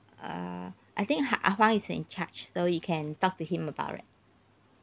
uh I think ha~ ah huang is in charge so you can talk to him about it